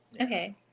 Okay